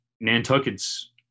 Nantucket's